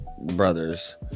brothers